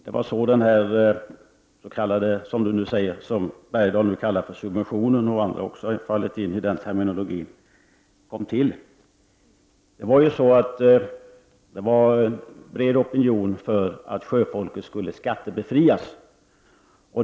Det var så den här subventionen — som Hugo Bergdahl m.fl. kallar det för — kom till. Det fanns en bred opinion för att sjöfolket skulle skattebefrias.